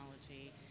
technology